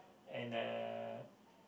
and uh